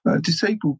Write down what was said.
disabled